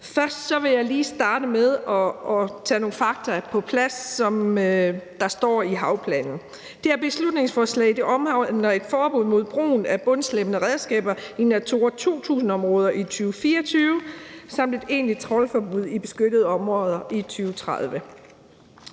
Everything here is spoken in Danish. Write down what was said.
Først vil jeg lige starte med at få nogle fakta, der står i aftalen om havplanen, på plads. Det her beslutningsforslag omhandler et forbud mod brugen af bundslæbende redskaber i Natura 2000-områder i 2024 samt et egentligt trawlforbud i beskyttede områder i 2030.